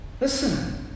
Listen